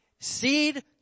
Seed